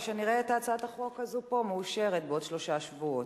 ושנראה את הצעת החוק הזאת פה מאושרת בעוד שלושה שבועות.